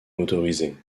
motorisée